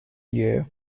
year